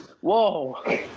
Whoa